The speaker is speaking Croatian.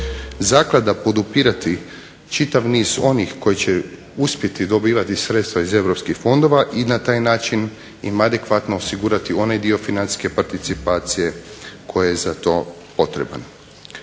zaklada podupirati čitav niz onih koji će uspjeti dobivati sredstva iz europskih fondova i na taj način im adekvatno osigurati onaj dio financijske participacije koji je za to potreban.